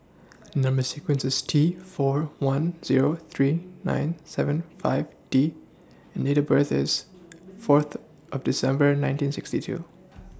Number sequence IS T four one Zero three nine seven five D and Date of birth IS forth of December nineteen sixty two